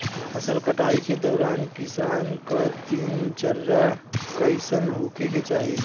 फसल कटाई के दौरान किसान क दिनचर्या कईसन होखे के चाही?